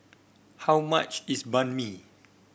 how much is Banh Mi